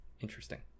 interesting